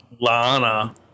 Lana